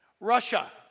Russia